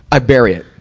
i bury it.